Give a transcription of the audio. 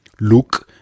look